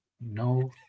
No